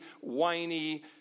whiny